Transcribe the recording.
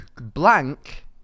Blank